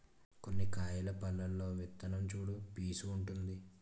కొన్ని కాయల పల్లులో విత్తనం చుట్టూ పీసూ వుంటుంది